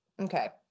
Okay